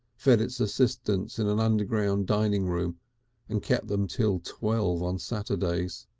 fed its assistants in an underground dining-room and kept them until twelve on saturdays.